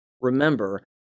Remember